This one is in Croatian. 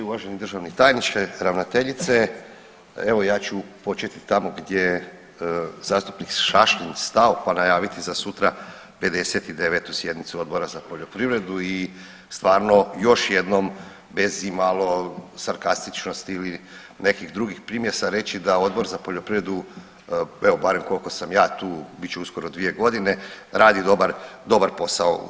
Uvaženi državni tajniče, ravnateljice, evo ja ću početi tamo gdje je zastupnik Šašlin stao pa najaviti za sutra 59. sjednicu Odbora za poljoprivredu i stvarno još jednom bez imalo sarkastičnosti ili nekih drugih primjesa reći da Odbor za poljoprivredu evo barem koliko sam ja tu, bit će uskoro 2 godine, radi dobar, dobar posao.